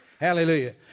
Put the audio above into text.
Hallelujah